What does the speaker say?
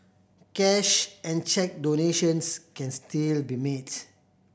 cash and cheque donations can still be made